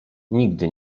nigdy